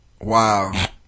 Wow